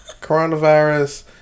coronavirus